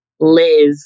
live